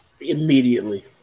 Immediately